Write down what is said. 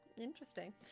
Interesting